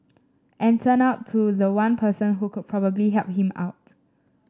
and turned to the one person who could probably help him out